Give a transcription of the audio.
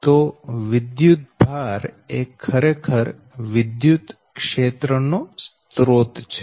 તો વિદ્યુતભાર એ ખરેખર વિદ્યુત ક્ષેત્ર નો સ્રોત છે